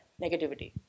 negativity